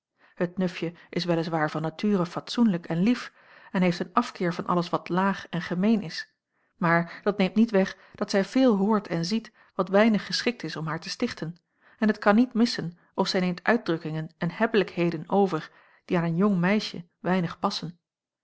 het nufje is wel is waar van nature fatsoenlijk en lief en heeft een afkeer van alles wat laag en gemeen is maar dat neemt niet weg dat zij veel hoort en ziet wat weinig geschikt is om haar te stichten en het kan niet missen of zij neemt uitdrukkingen en hebbelijkheden over die aan een jong meisje weinig passen